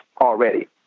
already